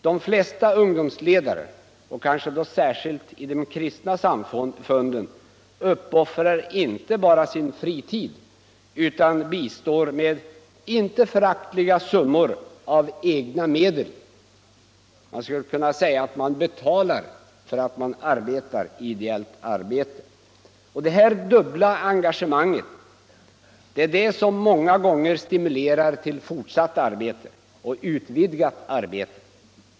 De flesta ungdomsledare, och kanske särskilt i de kristna samfunden, uppoffrar inte bara sin fritid utan bistår med inte föraktliga summor av egna medel. Man skulle kunna säga att de betalar för att arbeta ideellt. Detta dubbla engagemang stimulerar många gånger till fortsatt och utvidgat arbete.